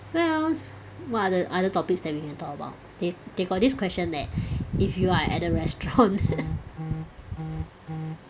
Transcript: wells what are the other topics that we can talk about they they got this question that if you are at a restaurant